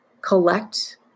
collect